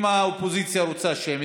אם האופוזיציה רוצה שמית,